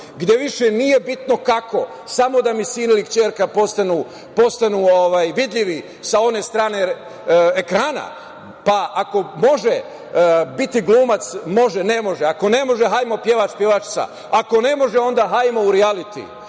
gde više nije bitno kako, samo da mi sin ili ćerka postanu vidljivi sa one strane ekrana, pa ako može biti glumac, može, ne može. Ako ne može, hajdemo pevač, pevačica. Ako ne može, onda hajdemo u